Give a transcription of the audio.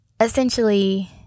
Essentially